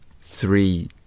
three